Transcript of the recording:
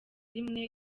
rimwe